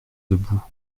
debout